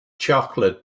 chocolate